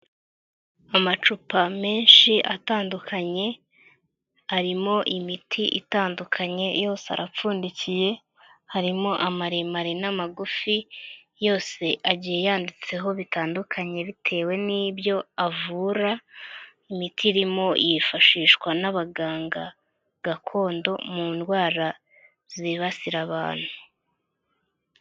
Amacupa menshi atandukanye, arimo imiti itandukanye yose arapfundikiye, harimo amaremare n'amagufi, yose agiye yanditseho bitandukanye bitewe n'ibyo avura, imiti irimo yifashishwa n'abaganga gakondo mu ndwara zibasira abantu.